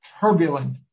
turbulent